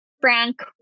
frank